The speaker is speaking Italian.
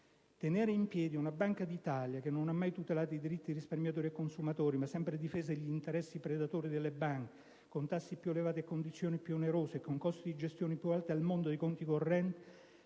Tenere in piedi una Banca d'Italia che non ha mai tutelato i diritti dei risparmiatori e consumatori, ma ha sempre difeso gli interessi predatori delle banche, con tassi più elevati e condizioni più onerose e con i costi di gestione più alti al mondo dei conti correnti